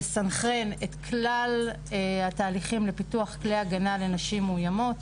לסנכרן את כלל התהליכים לפיתוח כלי הגנה לנשים מאוימות,